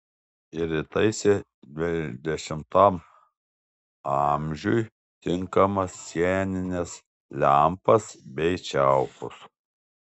ir įtaisė dvidešimtam amžiui tinkamas sienines lempas bei čiaupus